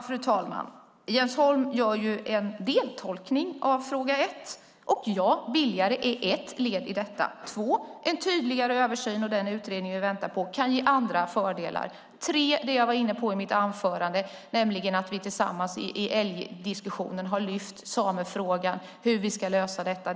Fru talman! Jens Holm gör en deltolkning av svaret på den första frågan. Ja, billigare är ett led i detta. När det gäller den andra frågan kan en tydligare översyn och den utredning vi väntar på ge andra fördelar. Svaret på den tredje frågan är det som jag var inne på i mitt anförande, nämligen att vi tillsammans i älgdiskussionen har lyft upp samefrågan och hur vi ska lösa detta.